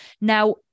now